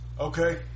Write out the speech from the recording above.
okay